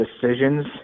decisions